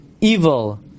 evil